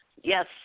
Yes